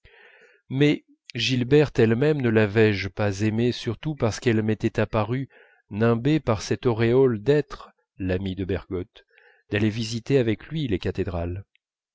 mais gilberte elle-même ne lavais je pas aimée surtout parce qu'elle m'était apparue nimbée par cette auréole d'être l'amie de bergotte d'aller visiter avec lui les cathédrales